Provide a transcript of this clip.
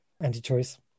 anti-choice